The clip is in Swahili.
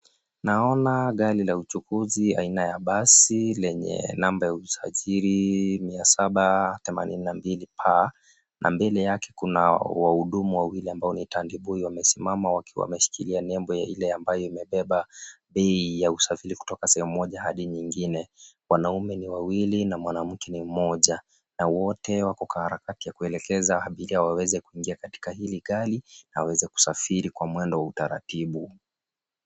Naona gari la uchukuzi aina ya basi lenye namba ya usajili 782P . Na mbele yake kuna wahudumu wawili ambao ni taniboi wamesimama wakiwa wameshikilia nembo ile ambayo imebeba bei ya usafiri kutoka sehemu moja hadi nyingine. Wanaume ni wawili na mwanamke ni mmoja na wote wako kwa harakati ya kuelekeza abiria waweze kuingia katika hili gari, waweze kusafiri kwa mwendo wa taratibu.